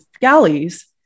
galleys